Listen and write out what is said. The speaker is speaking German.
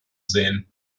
sehen